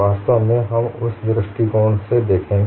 वास्तव में हम उस दृष्टिकोण से देखेंगे